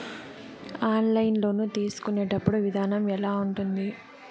online loan తీసుకునేటప్పుడు విధానం ఎలా ఉంటుంది